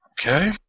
Okay